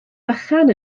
bychan